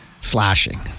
Slashing